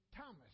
Thomas